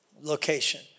Location